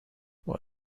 what